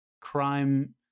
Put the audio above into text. crime